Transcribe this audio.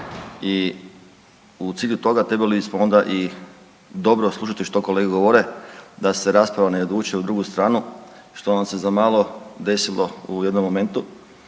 i u cilju toga trebali smo onda i dobro slušati što kolege govore da se rasprava ne odvuče u drugu stranu što nam se zamalo desilo u jednom momentu